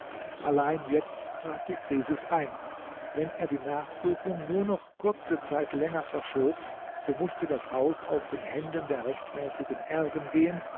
allein jetzt trat die krisis ein wenn er die nachsuchung nur noch kurze zeit länger verschob so mußte das haus aus den händen der rechtmäßigen erben gehen